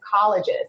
colleges